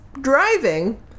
driving